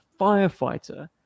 firefighter